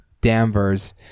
Danvers